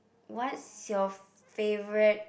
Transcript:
what's your favourite